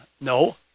No